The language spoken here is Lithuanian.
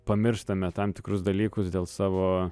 pamirštame tam tikrus dalykus dėl savo